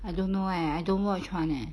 I don't know leh I don't watch [one] leh